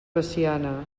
veciana